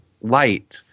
light